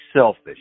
selfish